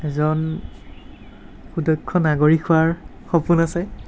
এজন সুদক্ষ নাগৰিক হোৱাৰ সপোন আছে